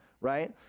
right